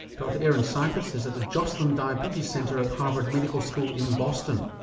dr aaron cypess is at the joslin diabetes center at harvard medical school in boston.